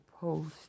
post